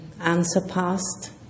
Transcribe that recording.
unsurpassed